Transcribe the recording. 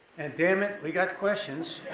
and dammit we got questions.